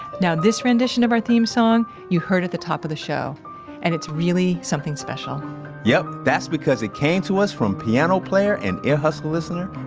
now, this rendition of our theme song, you heard at the top of the show and it's really something special yup. that's because it came to us from piano player and ear hustle listener,